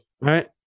Right